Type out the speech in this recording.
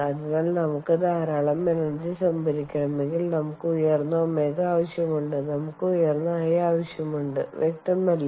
അതിനാൽ നമുക്ക് ധാരാളം എനർജി സംഭരിക്കണമെങ്കിൽ നമുക്ക് ഉയർന്ന ω ആവശ്യമുണ്ട് നമുക്ക് ഉയർന്ന I ആവശ്യമുണ്ട് വ്യക്തമല്ലേ